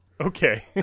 Okay